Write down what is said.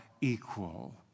equal